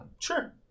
Sure